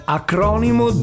acronimo